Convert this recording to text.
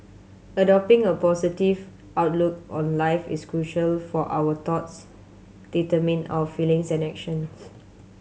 adopting a positive outlook on life is crucial for our thoughts determine our feelings and actions